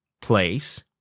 place